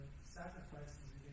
sacrifices